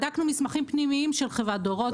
בדקנו מסמכים פנימיים של חברת דורות,